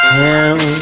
town